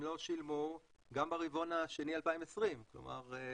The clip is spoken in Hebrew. הם לא שילמו גם ברבעון השני 2020. כלומר לשאלתך,